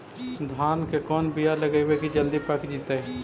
धान के कोन बियाह लगइबै की जल्दी पक जितै?